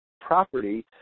property